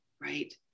right